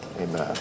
amen